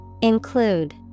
Include